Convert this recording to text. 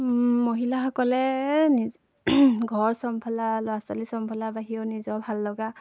মহিলাসকলে নিজ ঘৰ চম্ভালা ল'ৰা ছোৱালী চম্ভালা বাহিৰেও নিজৰ ভাল লগা